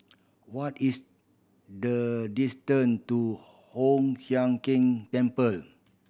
what is the distant to Hoon Sian Keng Temple